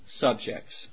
subjects